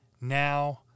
now